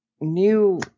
new